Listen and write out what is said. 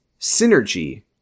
synergy